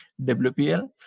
wpl